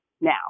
now